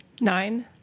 Nine